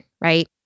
right